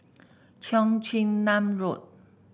Cheong Chin Nam Road